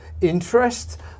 interest